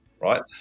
Right